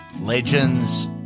Legends